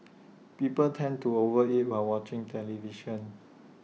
people tend to over eat while watching television